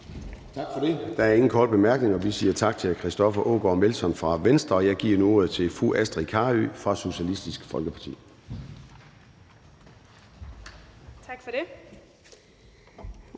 Tak for det. Der er ingen korte bemærkninger. Vi siger tak til hr. Christoffer Aagaard Melson fra Venstre. Jeg giver nu ordet til fru Astrid Carøe fra Socialistisk Folkeparti. Kl.